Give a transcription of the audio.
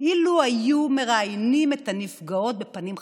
אילו היו מראיינים את הנפגעות בפנים חשופות.